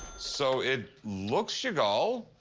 so it looks chagall.